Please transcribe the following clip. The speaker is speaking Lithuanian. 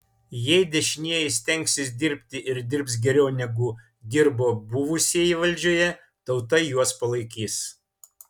jei dešinieji stengsis dirbti ir dirbs geriau negu dirbo buvusieji valdžioje tauta juos palaikys